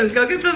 and go get some